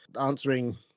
answering